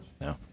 no